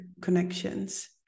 connections